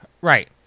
Right